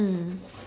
mm